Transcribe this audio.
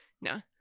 No